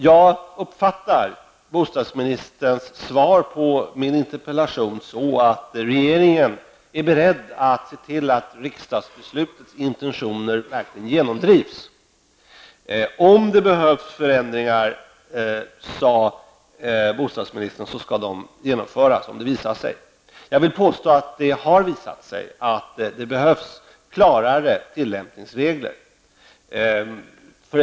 Jag uppfattar bostadsministern svar på min interpellation så att regeringen är beredd att se till att riksdagsbeslutets intentioner verkligen genomdrivs. Bostadsministern sade att om det behövs förändringar skall de genomföras. Jag vill påstå att det har visat sig att det behövs klarare tillämpningsregler.